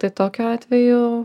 tai tokiu atveju